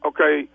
Okay